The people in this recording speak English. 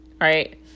right